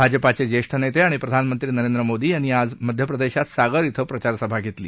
भाजपाचे ज्येष्ठ नेते आणि प्रधानमंत्री नरेंद्र मोदी यांनी आज मध्यप्रदेशात सागर श्वं प्रचारसभा घेतली